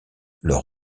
leur